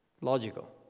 Logical